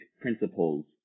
principles